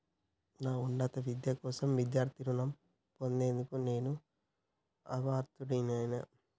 నా ఉన్నత విద్య కోసం విద్యార్థి రుణం పొందేందుకు నేను అర్హుడినేనా?